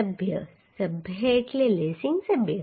સભ્ય સભ્ય એટલે લેસિંગ સભ્ય